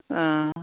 ओह